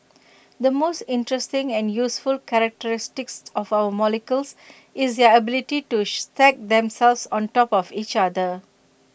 the most interesting and useful characteristics of our molecules is their ability to E stack themselves on top of each other